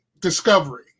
Discovery